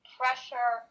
pressure